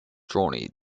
journey